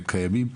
הם קיימים.